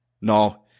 No